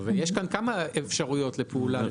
יש פה כמה אפשרויות לפעולה.